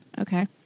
Okay